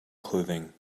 clothing